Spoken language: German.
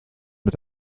mit